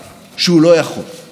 להחליש את בית המשפט,